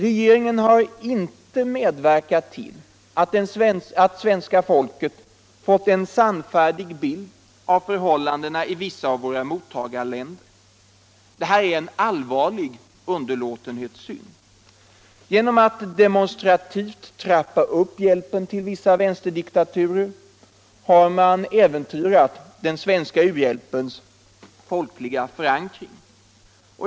Regeringen har inte medverkat till att svenska folket fått en sannfärdig bild av förhållandena i vissa av våra mottagarländer. Detta är en allvarlig underlåtenhetssynd. Genom att demonstrativt trappa upp hjälpen till vissa vänsterdiktaturer har man äventyrat den svenska u-hjälpens folkliga förankring.